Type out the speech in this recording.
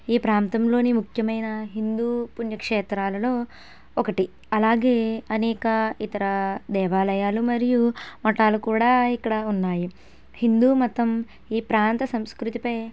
ఈ ప్రాంతంలోని ముఖ్యమైన హిందూ పుణ్యక్షేత్రాలలో ఒకటి అలాగే అనేక ఇతరా దేవాలయాలు మరియు మఠాలు కూడా ఇక్కడ ఉన్నాయి హిందూ మతం ఈ ప్రాంత సంస్కృతిపై